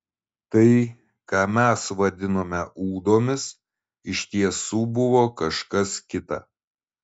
tai ką mes vadinome ūdomis iš tiesų buvo kažkas kita